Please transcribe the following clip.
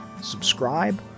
Subscribe